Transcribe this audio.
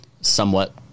somewhat